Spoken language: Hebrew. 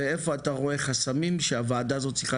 ואיפה אתה רואה חסמים שהוועדה הזאת צריכה